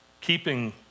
keeping